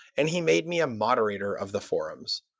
and he made me a moderator of the forums.